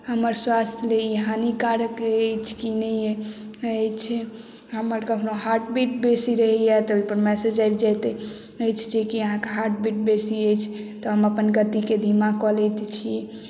हमर स्वास्थ लए ई हानिकारक अछि कि नहि अछि हमर कखनो हार्ट बीट बेसी रहैए तैपर मैसेज आबि जाइत अछि जे कि अहाँक हार्ट बीट बेसी अछि तऽ हम अपन गतिके धीमा कऽ लैत छी